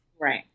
Right